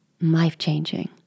life-changing